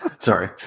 sorry